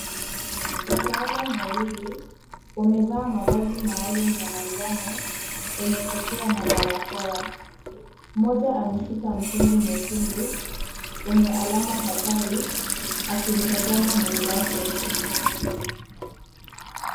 Wataalam wawili, wamevaa mavazi maalum ya manjano, wenye kofia na barakoa. Mmoja ameshika mtungi mwekundu, wenye alama hatari, akimtazama mwenzake.